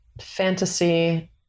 fantasy